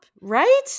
Right